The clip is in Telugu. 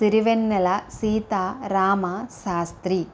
సిరివెన్నెల సీతా రామ శాస్త్రి